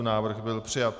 Návrh byl přijat.